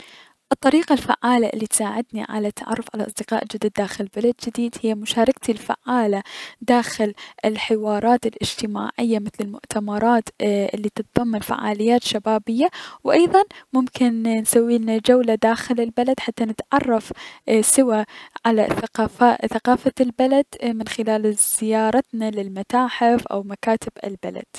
الطريقة الفعالة الي تساعدني على تعرف على اصدقاء جدد داخل بلد جديد هي مشاركتي الفعالة داخل الحوارات الأجتماعية مثل المؤتمرات اي- الي تتظمن فعاليات شبابية و ايضا ممكن نسويلنا جولة داخل البلد حتى نتعرف اي- سوا على ثقافا-ثقافة البلد من خلال زيارتنا للمتاحف و مكاتب البلد.